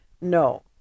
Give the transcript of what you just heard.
No